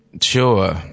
Sure